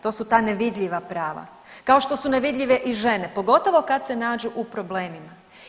To su ta nevidljiva prava kao što su nevidljive i žene pogotovo kad se nađu u problemima.